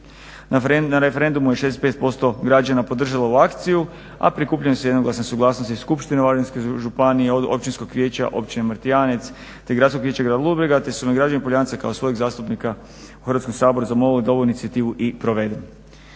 Na referendumu je 65% građana podržalo ovu akciju, a prikupljeni su jednoglasne suglasnosti Skupštine Varaždinske županije od Općinskog vijeća Općine Martijanec, te Gradskog vijeća Grada Ludbrega, te su me građani Poljanca kao svojeg zastupnika u Hrvatskom saboru zamolili da ovu inicijativu i provedem.